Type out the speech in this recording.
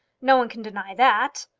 no one can deny that.